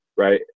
Right